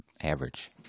average